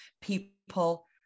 people